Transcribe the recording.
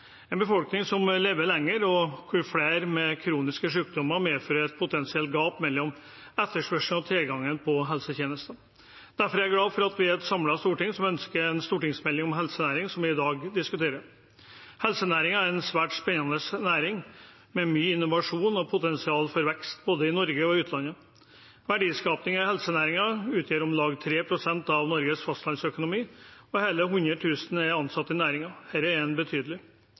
En befolkning som lever lenger, og flere med kroniske sykdommer, medfører et potensielt gap mellom etterspørsel og tilgang på helsetjenester. Derfor er jeg glad for at et samlet storting ønsket en stortingsmelding om helsenæringen, som er den vi i dag diskuterer. Helsenæringen er en svært spennende næring, med mye innovasjon og potensial for vekst, både i Norge og i utlandet. Verdiskapingen i helsenæringen utgjør om lag 3 pst. av Norges fastlandsøkonomi, og hele 100 000 er ansatt i næringen. Dette er betydelig.